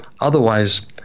Otherwise